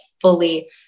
fully